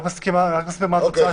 אני רק מסביר מה התוצאה.